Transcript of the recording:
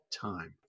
time